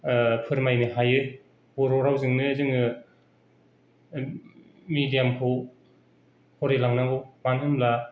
फोरमायनो हायो बर' रावजोंनो जोङो मेडियामखौ फरायलांनांगौ मानोहोनब्ला